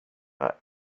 but